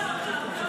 הבהלת אותם.